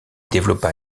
développa